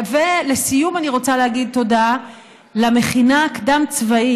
לסיום, אני רוצה להגיד תודה למכינה הקדם-צבאית